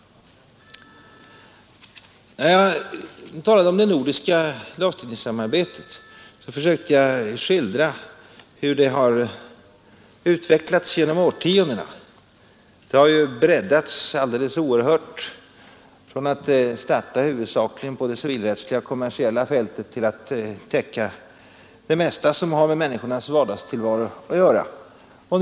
När jag talade om det nordiska lagstiftningssamarbetet försökte jag skildra hur det har utvecklats genom årtiondena. Det har ju breddats alldeles oerhört från att ha startat huvudsakligen på det civilrättsliga och kommersiella fältet till att täcka det mesta som har med människornas vardagstillvaro att göra.